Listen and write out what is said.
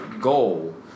goal